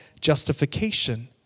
justification